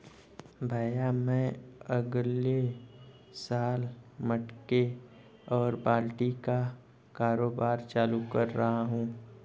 भैया मैं अगले साल मटके और बाल्टी का कारोबार चालू कर रहा हूं